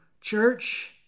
church